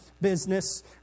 business